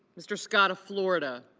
mr. scott of florida